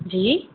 जी